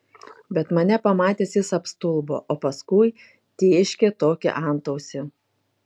bet mane pamatęs jis apstulbo o paskui tėškė tokį antausį